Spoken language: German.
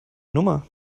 nummer